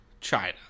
China